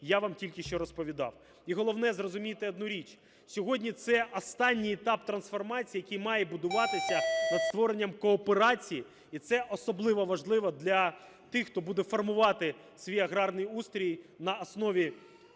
я вам тільки що розповідав. І, головне, зрозумійте одну річ: сьогодні це останній етап трансформації, який має будуватися над створенням кооперації, і це особливо важливо для тих, хто буде формувати свій аграрний устрій на основі